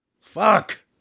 Fuck